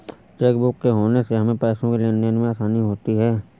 chequebook के होने से हमें पैसों की लेनदेन में आसानी होती हैँ